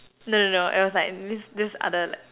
no no no it was like this this other like